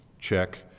check